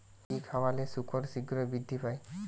কি খাবালে শুকর শিঘ্রই বৃদ্ধি পায়?